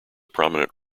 prominent